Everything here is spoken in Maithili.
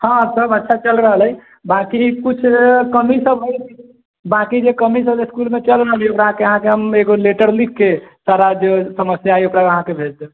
हँ सब अच्छा चल रहल है बाकी कुछ कमी सब है बाकी जे कमी सब इसकुल मे चल रहल है ओकरा अहाँके हम एगो लेटर लिख के सारा जे समस्या यऽ से अहाँकेॅं भेज देब